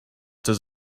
does